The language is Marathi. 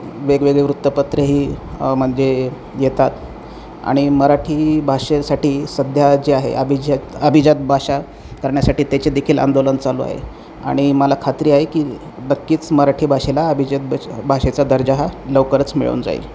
वेगवेगळे वृत्तपत्रेही म्हणजे येतात आणि मराठी भाषेसाठी सध्या जे आहे अबिज अभिजात भाषा करण्यासाठी त्याचे देखील आंदोलन चालू आहे आणि मला खात्री आहे की नक्कीच मराठी भाषेला अभिजात भाषेचा दर्जा हा लवकरच मिळून जाईल